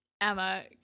Emma